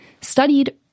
studied